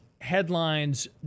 headlines